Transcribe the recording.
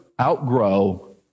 outgrow